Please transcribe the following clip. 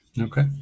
Okay